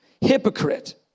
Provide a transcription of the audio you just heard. Hypocrite